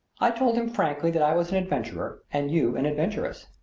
i told him frankly that i was an adventurer and you an adventuress.